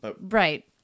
Right